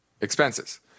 expenses